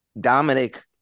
Dominic